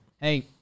Hey